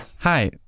Hi